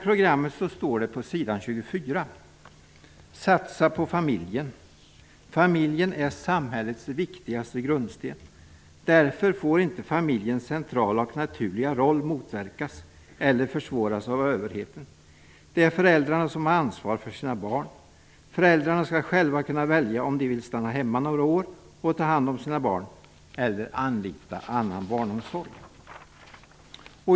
I Familjen är samhällets viktigaste grundsten. Därför får inte familjens centrala och naturliga roll motverkas eller försvåras av överheten. Det är föräldrarna som har ansvar för sina barn. Föräldrarna ska själva kunna välja om de vill stanna hemma några år och ta hand om sina barn -- eller anlita annan barnomsorg.''